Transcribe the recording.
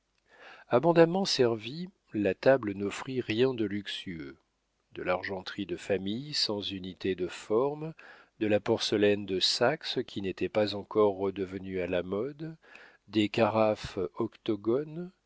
abondamment servie la table n'offrit rien de luxueux de l'argenterie de famille sans unité de forme de la porcelaine de saxe qui n'était pas encore redevenue à la mode des carafes